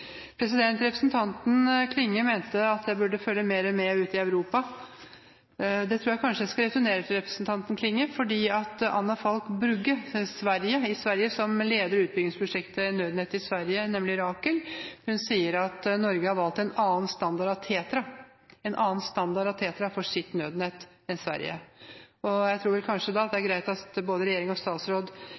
Representanten Klinge mente at jeg burde følge mer med ute i Europa. Det tror jeg kanskje jeg skal returnere til representanten Klinge, fordi Anna Falk Drugge, som leder utbyggingsprosjektet for nødnett i Sverige, Rakel, sier at Norge har valgt en annen standard av Tetra for sitt nødnett enn Sverige. Jeg tror vel kanskje det er greit at både regjering og statsråd